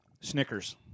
Snickers